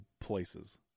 places